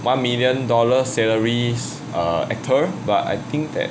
one million dollar salaries err actor but I think that